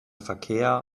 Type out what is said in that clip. verkehr